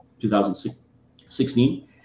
2016